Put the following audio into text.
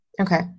Okay